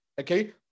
okay